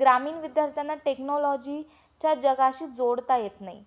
ग्रामीण विद्यार्थ्यांना टेक्नॉलॉजी च्या जगाशी जोडता येत नाही